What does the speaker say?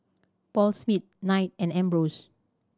Paul Smith Knight and Ambros